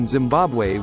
Zimbabwe